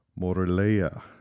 Moralea